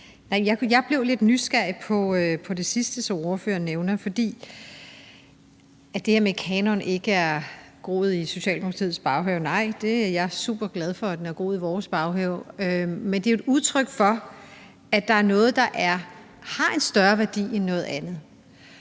Jeg blev lidt nysgerrig efter det sidste, som ordføreren nævner. Det her med, at kanon ikke er groet i Socialdemokratiets baghave: Nej, jeg er superglad for, at den er groet i vores baghave. Det er jo et udtryk for, at der er noget, der har en større værdi end noget andet.